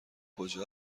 کجا